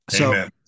Amen